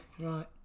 Right